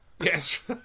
Yes